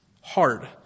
hard